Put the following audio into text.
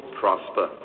prosper